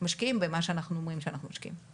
משקיעים במה שאנחנו אומרים שאנחנו משקיעים.